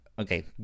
Okay